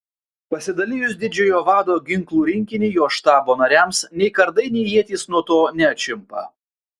pasidalijus didžiojo vado ginklų rinkinį jo štabo nariams nei kardai nei ietys nuo to neatšimpa